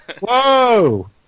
Whoa